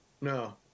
No